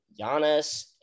Giannis